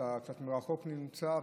אתה קצת רחוק נמצא,